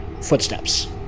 footsteps